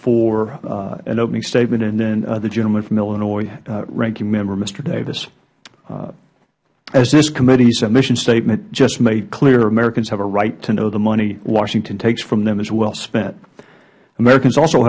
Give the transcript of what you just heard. for an opening statement and then the gentleman from illinois ranking member mister davis as this committees mission statement just made clear americans have a right to know the money washington takes from them is well spent americans also